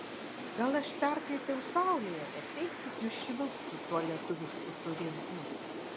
gal aš perkaitau saulėje bet eikit jūs švilpt su tuo lietuvišku turizmu